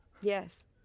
Yes